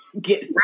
get